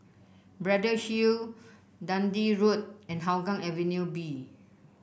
Braddell Hill Dundee Road and Hougang Avenue B